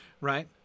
right